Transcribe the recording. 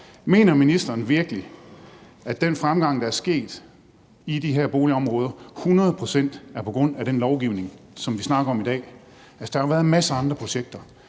Mener ministeren virkelig, at den fremgang, der er sket i de her boligområder, hundrede procent er på grund af den lovgivning, som vi snakker om i dag? Altså, der har jo været masser af andre projekter